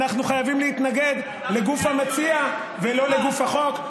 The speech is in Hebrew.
אנחנו חייבים להתנגד לגוף המציע ולא לגוף החוק.